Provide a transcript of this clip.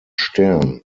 stern